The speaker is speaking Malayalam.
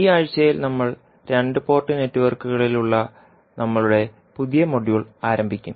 ഈ ആഴ്ചയിൽ നമ്മൾ രണ്ട് പോർട്ട് നെറ്റ്വർക്കുകളിലുള്ള നമ്മളുടെ പുതിയ മൊഡ്യൂൾ ആരംഭിക്കും